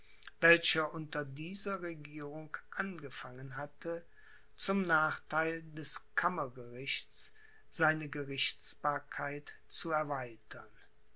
welcher unter dieser regierung angefangen hatte zum nachtheil des kammergerichts seine gerichtsbarkeit zu erweitern